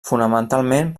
fonamentalment